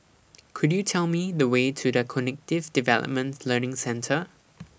Could YOU Tell Me The Way to The Cognitive Development Learning Centre